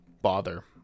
bother